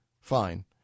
fine